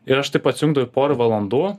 ir aš tai atsijungdavau pora valandų